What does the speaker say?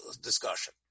discussion